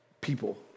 people